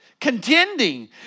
contending